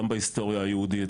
גם בהיסטוריה היהודית,